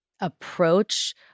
approach